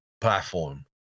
platform